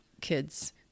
kids